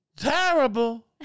Terrible